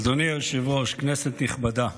אדוני היושב-ראש, כנסת נכבדה,